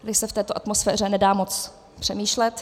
Tady se v této atmosféře nedá moc přemýšlet...